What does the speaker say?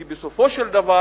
כי בסופו של דבר,